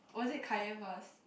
was it Kai-yen first